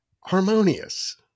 Harmonious